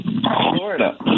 Florida